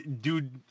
Dude